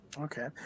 Okay